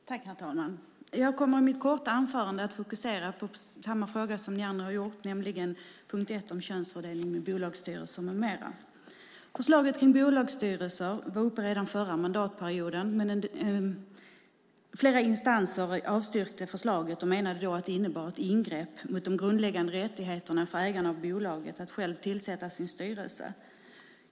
Herr talman! Jag kommer i mitt korta anförande att fokusera på samma fråga som ni andra har gjort, nämligen punkt 1 om könsfördelning i bolagsstyrelser med mera. Förslaget om bolagsstyrelser var uppe redan förra mandatperioden. Flera instanser avstyrkte då förslaget och menade att det innebar ett ingrepp i de grundläggande rättigheterna för ägarna av bolaget att själva tillsätta sin styrelse.